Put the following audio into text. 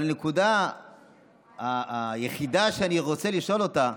אבל הנקודה היחידה שאני רוצה לשאול אותה,